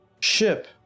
ship